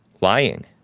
lying